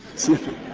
sniffing.